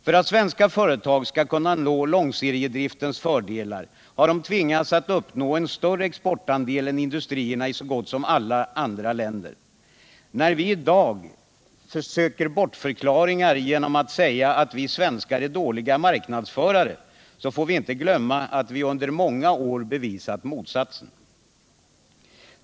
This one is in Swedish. För att svenska företag skall kunna nå långseriedriftens fördelar har de tvingats uppnå en större exportandel än industrierna i så gott som alla andra länder. När vi i dag söker bortförklaringar genom att säga att vi svenskar är dåliga marknadsförare får vi inte glömma att vi under många år bevisat motsatsen.